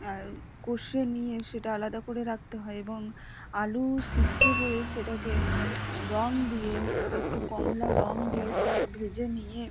আর কষে নিয়ে সেটা আলাদা করে রাখতে হয় এবং আলু সিদ্ধ করে সেটাকে রঙ দিয়ে একটু কমলা রঙ দিয়ে সেটাকে ভেজে নিয়ে